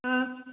ஆ